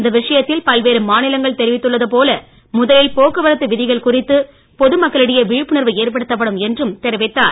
இந்த விஷயத்தில் பல்வேறு மாநிலங்கள் தெரிவித்துள்ளது போல முதலில் போக்குவரத்து விதிகள் குறித்து பொது மக்களிடையே விழிப்புணர்வு ஏற்படுத்தப்படும் என்றும் தெரிவித்தார்